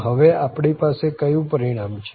આમ હવે આપણી પાસે કયું પરિણામ છે